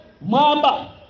Mamba